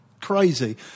crazy